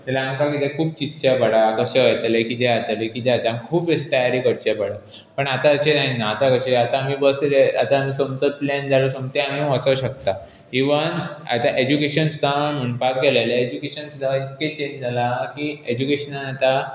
जाल्यार आमकां कितें खूब चितचें पडा कशें जातलें किदें जातलें किदें जाता आमकां खूब अशी तयारी करचें पड पण आतां अशें जायना आतां कशें आतां आमी बसीर येता आनी सोमतोच प्लॅन जालो सोमतें आमी वचूं शकता इवन आतां एज्युकेशन सुद्दां म्हणपाक गेलें जाल्यार एज्युकेशन सुद्दां इतकें चेंज जालां की एज्युकेशनान आतां